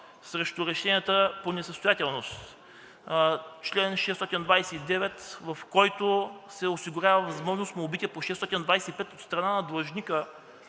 срещу решенията по несъстоятелност; чл. 629, в който се осигурява възможност молбите по чл. 625 от страна на длъжника